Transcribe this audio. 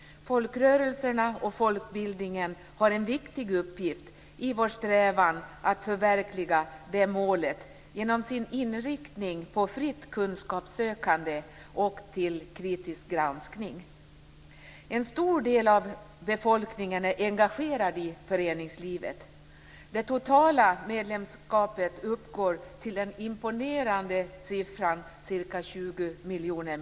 Folkrörelserna och folkbildningen har en viktig uppgift i vår strävan att förverkliga det målet genom sin inriktning på fritt kunskapssökande och kritisk granskning. En stor del av befolkningen är engagerad i föreningslivet. Det totala medlemskapet uppgår till den imponerande siffran ca 20 miljoner.